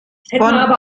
von